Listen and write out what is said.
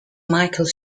michael